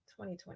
2020